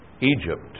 Egypt